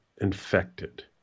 infected